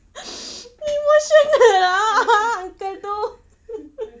emotional ah uncle itu